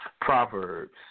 Proverbs